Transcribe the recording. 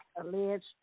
alleged